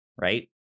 right